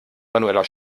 manueller